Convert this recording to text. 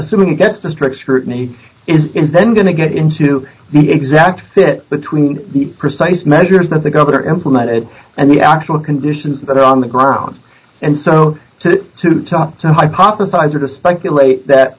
assuming it gets to strict scrutiny is is then going to get into the exact fit between the precise measures that the governor implemented and the actual conditions that are on the ground and so to to talk to hypothesize or to speculate that